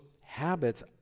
habits